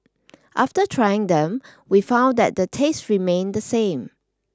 after trying them we found that the taste remained the same